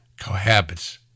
cohabits